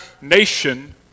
nation